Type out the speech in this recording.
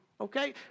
Okay